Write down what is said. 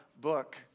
book